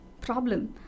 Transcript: problem